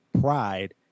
pride